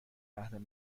اهل